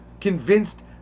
convinced